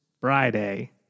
Friday